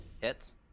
Hits